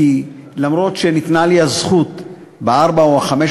כי למרות שניתנה לי הזכות בארבע או חמש